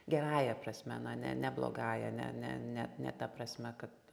gerąja prasme na ne ne blogąja ne ne ne ne ta prasme kad